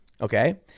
Okay